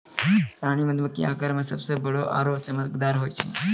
रानी मधुमक्खी आकार मॅ सबसॅ बड़ो आरो चमकदार होय छै